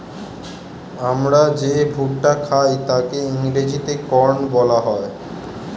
আমরা যে ভুট্টা খাই তাকে ইংরেজিতে কর্ন বলা হয়